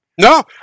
No